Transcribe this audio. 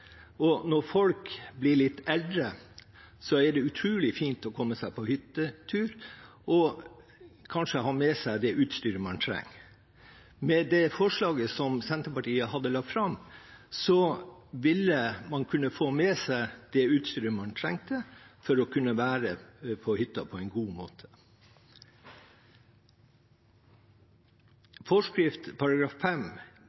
bakker. Når folk blir litt eldre, er det utrolig fint å komme seg på hyttetur og kanskje ha med seg det utstyret man trenger. Med det forslaget som Senterpartiet har lagt fram, ville man kunne få med seg det utstyret man trengte for å kunne være på hytta, på en god måte.